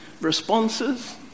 responses